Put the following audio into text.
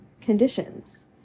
conditions